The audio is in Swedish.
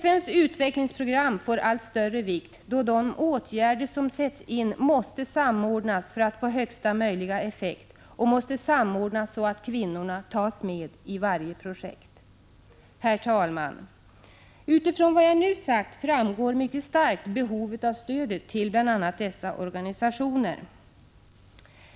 FN:s utvecklingsprogram får allt större vikt, då de åtgärder som sätts in måste samordnas för att få högsta möjliga effekt och då på ett sådant sätt att kvinnorna tas med i varje projekt. Herr talman! Av vad jag nu sagt framgår mycket starkt behovet av stöd till bl.a. dessa organisationer.